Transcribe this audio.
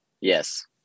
yes